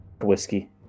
whiskey